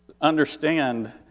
understand